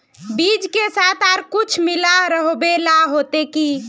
बीज के साथ आर कुछ मिला रोहबे ला होते की?